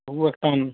তবু একটা